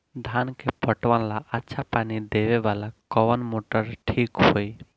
धान के पटवन ला अच्छा पानी देवे वाला कवन मोटर ठीक होई?